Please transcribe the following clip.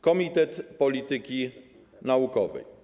Komitet Polityki Naukowej.